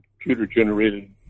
computer-generated